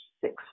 six